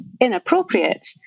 inappropriate